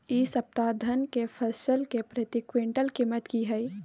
इ सप्ताह धान के फसल के प्रति क्विंटल कीमत की हय?